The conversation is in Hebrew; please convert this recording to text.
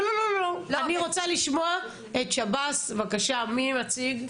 אני רוצה לשמוע את שב"ס, בבקשה, מי מציג?